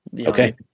okay